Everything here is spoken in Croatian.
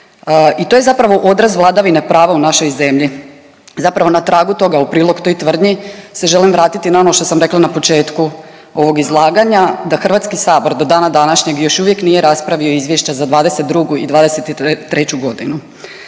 I to je zapravo odraz vladavine prava u našoj zemlji. Zapravo na tragu toga u prilog toj tvrdnji se želim vratiti na ono što sam rekla na početku ovog izlaganja da Hrvatski sabor do dana današnjeg još uvijek nije raspravio izvješće za '22. i '23. godinu.